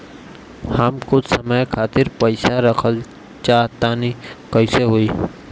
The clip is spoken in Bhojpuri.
हम कुछ समय खातिर पईसा रखल चाह तानि कइसे होई?